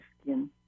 skin